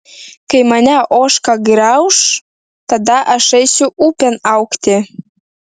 kai mane ožka grauš tada aš eisiu upėn augti